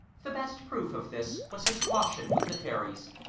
the best proof of this was his caution with the fairies.